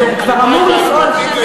זה כבר אמור לפעול.